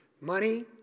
Money